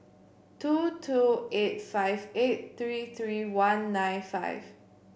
two two eight five eight three three one nine five